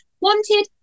wanted